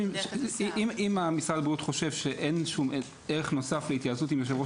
אם משרד הבריאות חושב שאין שום ערך נוסף להתייעצות עם יושב-ראש